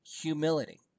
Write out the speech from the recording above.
humility